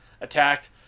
attacked